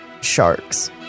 sharks